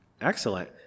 Excellent